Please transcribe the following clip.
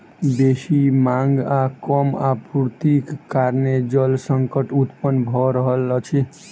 बेसी मांग आ कम आपूर्तिक कारणेँ जल संकट उत्पन्न भ रहल अछि